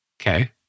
Okay